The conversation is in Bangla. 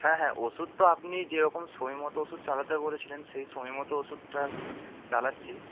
হ্যাঁ হ্যাঁ ওষুধ তো আপনি যেরকম সময়মতো ওষুধ চালাতে বলেছিলেন সেই সময়মতো ওষুধটা চালাচ্ছি